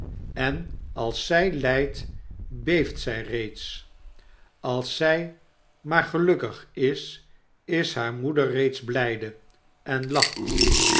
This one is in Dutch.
en als zy lydt beeft zy reeds als zij maar gelukkig is is hare moeder reeds blyde en laclit